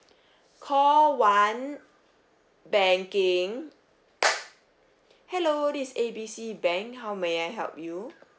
call one banking hello this is A B C bank how may I help you